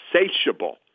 insatiable